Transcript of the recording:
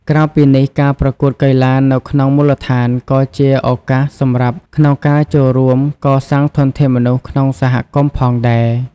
ក្រៅពីនេះ ការប្រកួតកីឡានៅក្នុងមូលដ្ឋានក៏ជាឱកាសសម្រាប់ក្នុងការចូលរួមកសាងធនធានមនុស្សក្នុងសហគមន៍ផងដែរ។